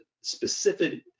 specific